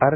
R